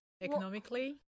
Economically